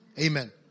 Amen